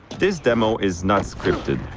this demo is not scripted,